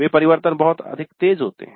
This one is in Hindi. वे परिवर्तन बहुत अधिक तेज होते हैं